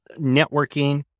networking